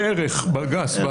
בערך, בגס.